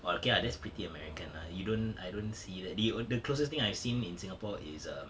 oh okay lah that's pretty american lah you don't I don't see that the on~ the closest thing I've seen in singapore is um